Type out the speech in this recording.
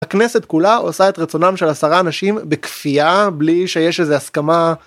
הכנסת כולה עושה את רצונם של עשרה אנשים בכפייה בלי שיש איזה הסכמה